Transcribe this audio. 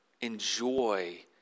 enjoy